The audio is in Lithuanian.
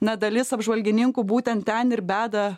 na dalis apžvalgininkų būtent ten ir beda